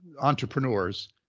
entrepreneurs